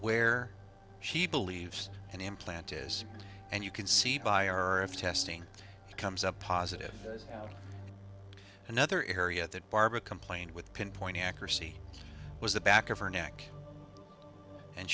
where she believes an implant is and you can see by our if testing comes up positive is another area that barbara complained with pinpoint accuracy was the back of her neck and